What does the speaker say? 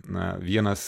na vienas